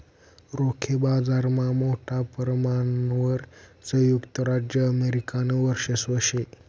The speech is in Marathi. रोखे बाजारमा मोठा परमाणवर संयुक्त राज्य अमेरिकानं वर्चस्व शे